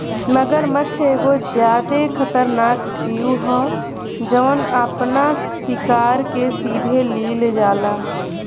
मगरमच्छ एगो ज्यादे खतरनाक जिऊ ह जवन आपना शिकार के सीधे लिल जाला